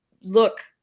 look